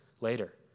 later